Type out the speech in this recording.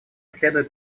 следует